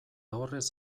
horrez